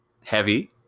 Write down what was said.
heavy